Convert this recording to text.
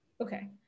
Okay